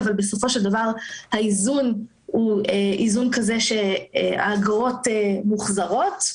אבל בסופו של דבר האיזון הוא איזון כזה שהאגרות מוחזרות,